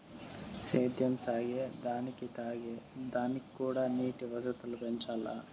సేద్యం సాగే దానికి తాగే దానిక్కూడా నీటి వసతులు పెంచాల్ల